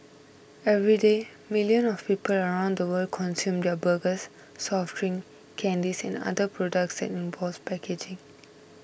everyday millions of people around the world consume their burgers soft drinks candies and other products that involve packaging